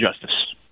justice